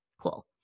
Cool